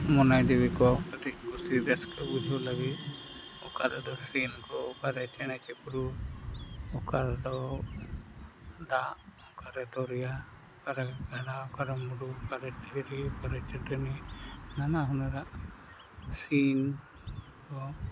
ᱢᱚᱱᱮ ᱡᱤᱣᱤᱢ ᱠᱚ ᱠᱟᱹᱴᱤᱡ ᱠᱩᱥᱤᱼᱨᱟᱹᱥᱠᱟᱹ ᱵᱩᱡᱷᱟᱹᱣ ᱞᱟᱹᱜᱤᱫ ᱚᱠᱟ ᱨᱮᱫᱚ ᱥᱤᱢ ᱠᱚ ᱚᱠᱟᱨᱮ ᱪᱮᱬᱮᱼᱪᱤᱯᱨᱩ ᱚᱠᱟᱨᱮᱫᱚ ᱫᱟᱜ ᱚᱠᱟᱨᱮ ᱫᱚᱨᱭᱟ ᱚᱠᱟᱨᱮ ᱜᱟᱰᱟ ᱚᱠᱟᱨᱮ ᱢᱩᱰᱩ ᱚᱠᱟᱨᱮ ᱫᱷᱤᱨᱤ ᱚᱠᱟᱨᱮ ᱪᱟᱹᱴᱟᱹᱱᱤ ᱱᱟᱱᱟ ᱦᱩᱱᱟᱹᱨᱟᱜ ᱥᱤᱢ ᱠᱚ